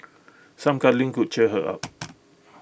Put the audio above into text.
some cuddling could cheer her up